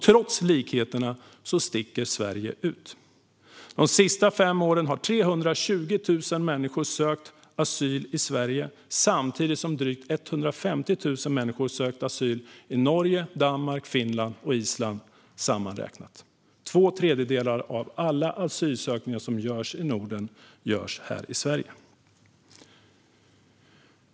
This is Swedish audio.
Trots likheterna sticker Sverige ut. De senaste fem åren har 320 000 människor sökt asyl i Sverige samtidigt som drygt 150 000 människor har sökt asyl i Norge, Danmark, Finland och Island sammanräknat. Två tredjedelar av alla asylansökningar som görs i Norden görs här i Sverige.